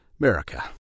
America